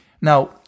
Now